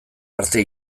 arte